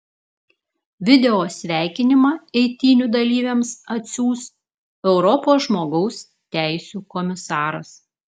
video sveikinimą eitynių dalyviams atsiųs europos žmogaus teisių komisaras